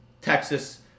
Texas